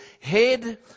head